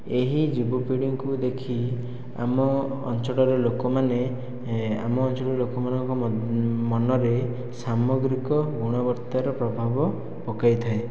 ଏହି ଯୁବପିଢ଼ିଙ୍କୁ ଦେଖି ଆମ ଅଞ୍ଚଳର ଲୋକମାନେ ଆମ ଅଞ୍ଚଳର ଲୋକମାନଙ୍କ ମନରେ ସାମଗ୍ରିକ ଗୁଣବତ୍ତାର ପ୍ରଭାବ ପକାଇଥାଏ